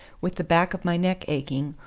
with the back of my neck aching,